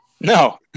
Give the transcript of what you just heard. No